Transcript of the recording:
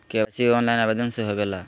KYC online आवेदन से होवे ला?